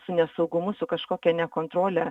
su nesaugumu su kažkokia ne kontrole